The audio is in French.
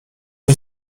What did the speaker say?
les